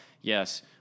yes